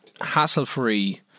hassle-free